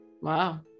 Wow